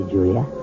Julia